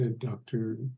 Dr